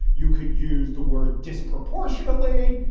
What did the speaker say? you could use the word disproportionately.